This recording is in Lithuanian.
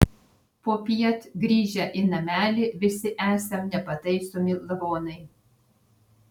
popiet grįžę į namelį visi esam nepataisomi lavonai